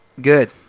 Good